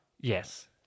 Yes